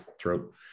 throat